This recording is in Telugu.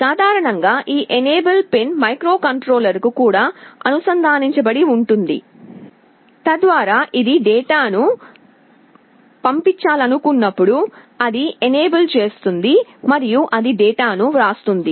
సాధారణంగా ఈ ఎనేబుల్ పిన్ మైక్రోకంట్రోలర్కు కూడా అనుసంధానించబడి ఉంటుంది తద్వారా ఇది డేటాను పంపించాలనుకున్నప్పుడు అది ఎనేబుల్ చేస్తుంది మరియు అది డేటాను వ్రాస్తుంది